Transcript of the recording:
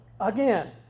again